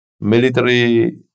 military